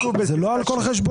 זה לא על כל חשבונית.